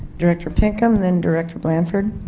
director pinkham then director blanford